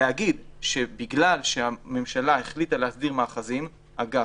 להגיד שבגלל שהממשלה החליטה להסדיר מאחזים אגב,